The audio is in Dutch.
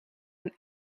een